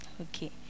Okay